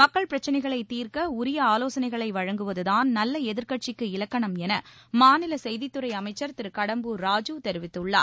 மக்கள் பிரச்னைகளைத் தீர்க்க உரிய ஆலோசனைகளை வழங்குவதுதான் நல்ல எதிர்க்கட்சிக்கு இலக்கணம் என மாநில செய்தித்துறை அமைச்சர் திரு கடம்பூர் ராஜூ தெரிவித்துள்ளார்